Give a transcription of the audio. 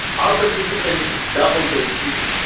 our participants doubled their cheating.